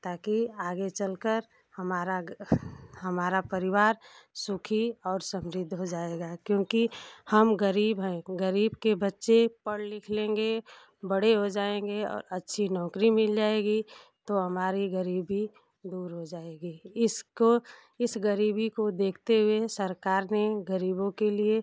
ताकि आगे चलकर हमारा हमारा परिवार सुखी और समृद्ध हो जाएगा क्योंकि हम गरीब हैं गरीब के बच्चे पढ़ लिख लेंगे बड़े हो जाएंगे और अच्छी नौकरी मिल जाएगी तो हमारी गरीबी दूर हो जाएगी इसको इस गरीबी को देखते हुए सरकार ने गरीबों के लिए